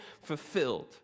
fulfilled